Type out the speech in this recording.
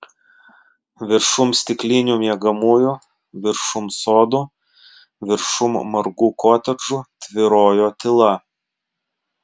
viršum stiklinių miegamųjų viršum sodų viršum margų kotedžų tvyrojo tyla